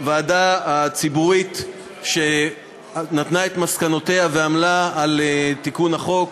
הוועדה הציבורית שנתנה את מסקנותיה ועמלה על תיקון החוק,